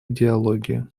идеологии